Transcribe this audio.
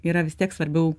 yra vis tiek svarbiau